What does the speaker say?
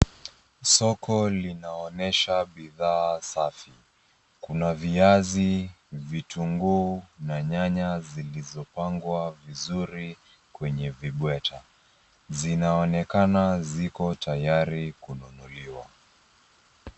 Soko linaonyesha bidhaa safi, kuna viazi, vitunguu na nyanya zilizopangwa vizuri kwenye vibweta. Zinaonekana ziko tayari kununuliwa.